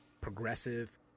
progressive